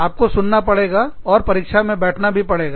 आपको सुनना पड़ेगा और परीक्षा में बैठना भी पड़ेगा